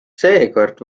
seekord